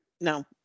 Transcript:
No